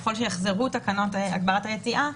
ככל שיחזרו תקנות הגבלת היציאה,